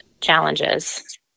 challenges